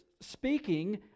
speaking